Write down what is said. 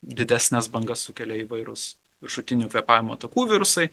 didesnes bangas sukelia įvairūs viršutinių kvėpavimo takų virusai